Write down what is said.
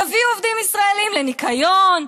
תביאו עובדים ישראלים לניקיון,